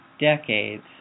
decades